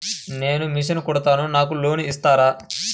నేను మిషన్ కుడతాను నాకు లోన్ ఇస్తారా?